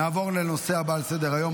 נעבור לנושא הבא על סדר-היום,